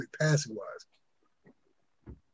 passing-wise